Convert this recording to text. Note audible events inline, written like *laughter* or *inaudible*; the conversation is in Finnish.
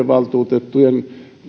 *unintelligible* valtuutettujen